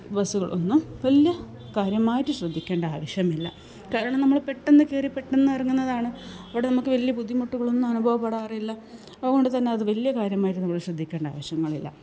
ബസ്സുകളൊന്നും വലിയ കാര്യമായിട്ട് ശ്രദ്ധിക്കേണ്ട ആവശ്യമില്ല കാരണം നമ്മള് പെട്ടെന്ന് കയറി പെട്ടെന്ന് ഇറങ്ങുന്നതാണ് അവിടെ നമുക്ക് വലിയ ബുദ്ധിമുട്ടുകളൊന്നും അനുഭവപ്പെടാറില്ല അതുകൊണ്ട്തന്നെ അത് വലിയ കാര്യമായിട്ട് നമ്മള് ശ്രദ്ധിക്കേണ്ട ആവശ്യമില്ല